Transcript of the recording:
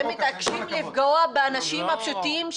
אתם מתעקשים לפגוע באנשים הפשוטים.